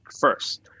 first